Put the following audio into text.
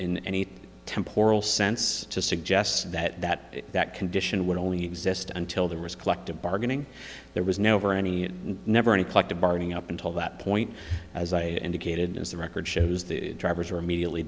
in any temp oral sense to suggest that that that condition would only exist until the risk collective bargaining there was never any never any collective bargaining up until that point as i indicated in the record shows the drivers are immediately